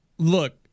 Look